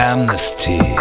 Amnesty